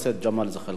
בבקשה, אדוני,